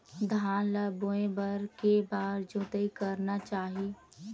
धान ल बोए बर के बार जोताई करना चाही?